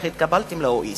איך התקבלתם ל-OECD?